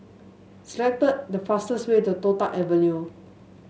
select the fastest way to Toh Tuck Avenue